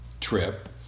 trip